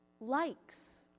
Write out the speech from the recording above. likes